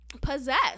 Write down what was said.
possessed